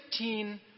15